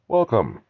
Welcome